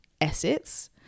assets